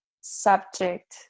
subject